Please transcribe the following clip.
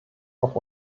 auch